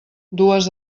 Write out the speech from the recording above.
dues